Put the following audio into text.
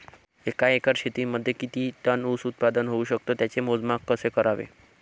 एका एकर शेतीमध्ये किती टन ऊस उत्पादन होऊ शकतो? त्याचे मोजमाप कसे करावे?